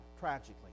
tragically